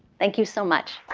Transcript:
thank you so much.